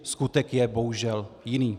Skutek je bohužel jiný.